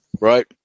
Right